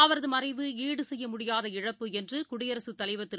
அவரதுமறைவு ஈடு செய்யமுடியாத இழப்பு என்றுகுடியரசுத்தலைவர் திரு